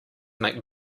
make